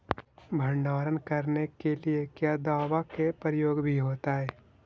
भंडारन करने के लिय क्या दाबा के प्रयोग भी होयतय?